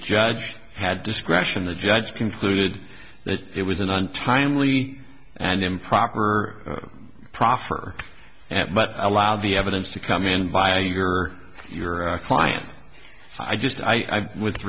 judge had discretion the judge concluded that it was an untimely and improper proffer but allow the evidence to come in by you or your client i just i with